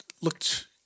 looked